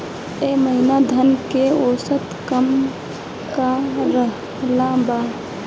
एह महीना धान के औसत दाम का रहल बा?